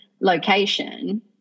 location